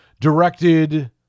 directed